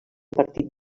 partit